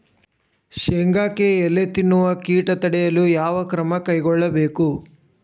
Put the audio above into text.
ಶೇಂಗಾಕ್ಕೆ ಎಲೆ ತಿನ್ನುವ ಕೇಟ ತಡೆಯಲು ಯಾವ ಕ್ರಮ ಕೈಗೊಳ್ಳಬೇಕು?